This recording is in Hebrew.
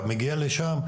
אתה מגיע לשם,